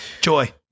Joy